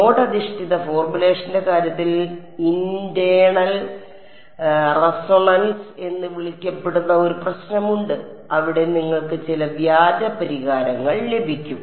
node അധിഷ്ഠിത ഫോർമുലേഷന്റെ കാര്യത്തിൽ ഇന്റേണൽ റെസൊണൻസ് എന്ന് വിളിക്കപ്പെടുന്ന ഒരു പ്രശ്നമുണ്ട് അവിടെ നിങ്ങൾക്ക് ചില വ്യാജ പരിഹാരങ്ങൾ ലഭിക്കും